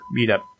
Meetup